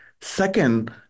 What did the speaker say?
Second